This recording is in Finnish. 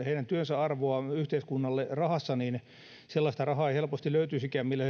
heidän työnsä arvoa yhteiskunnalle käytäisiin laskemaan rahassa sellaista rahaa ei helposti löytyisikään millä